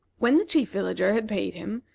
when the chief villager had paid him,